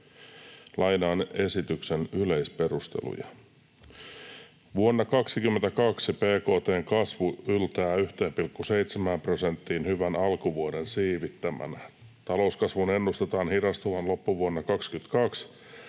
Lainaan esityksen yleisperusteluja: ”Vuonna 2022 bkt:n kasvu yltää 1,7 prosenttiin hyvän alkuvuoden siivittämänä. Talouskasvun ennustetaan hidastuvan loppuvuonna 2022